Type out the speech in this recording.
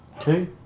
Okay